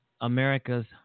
America's